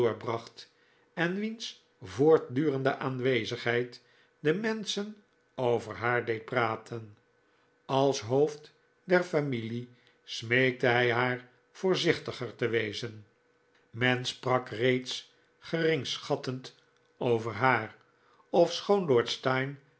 doorbracht en wiens voortdurende aanwezigheid de menschen over haar deed praten als hoofd der familie smeekte hij haar voorzichtiger te wezen men sprak reeds geringschattend over haar ofschoon lord steyne